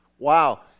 Wow